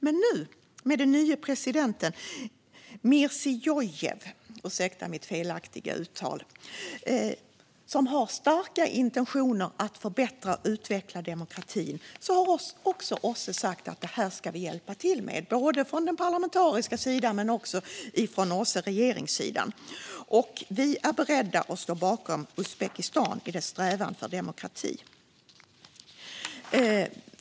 Men den nye presidenten Mirziyoyev - ursäkta mitt felaktiga uttal - har starka intentioner att förbättra och utveckla demokratin, och OSSE har sagt att man ska hjälpa till med detta, både från den parlamentariska sidan och från regeringssidan. Vi är beredda att stå bakom Uzbekistan i dess strävan efter demokrati.